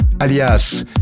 alias